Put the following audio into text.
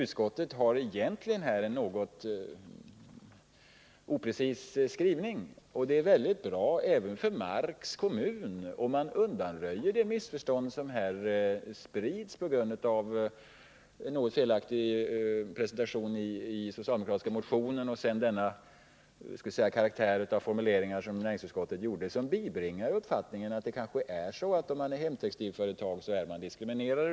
Utskottet har alltså egentligen en något oprecis skrivning, och det är väldigt bra även för Marks kommun om man undanröjer det missförstånd som finns och som sprids på grund av en något felaktig presentation i den socialdemokratiska motionen och på grund av den karaktär som näringsutskottets formuleringar hade — som bibringar uppfattningen att det kanske är så att hemtextilföretagen är diskriminerade.